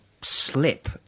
slip